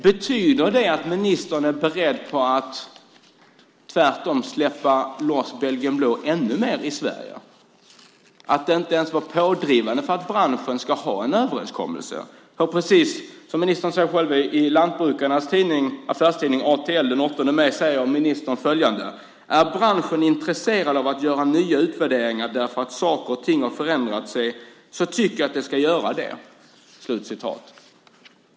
Betyder det att ministern är beredd på att tvärtom släppa loss belgisk blå ännu mer i Sverige och inte vara pådrivande för att branschen ska ha en överenskommelse? Ministern säger själv i lantbrukarnas affärstidning ATL den 8 maj följande: "Är branschen intresserad av att göra nya utvärderingar därför att saker och ting har förändrat sig så tycker jag de ska göra det."